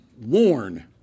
warn